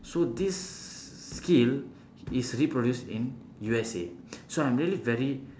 so this skill is reproduced in U_S_A so I'm really very